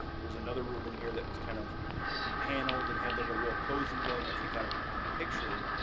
there was another room in here that was kind of paneled and had like a real cozy look. i think kind of on a picture,